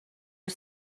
are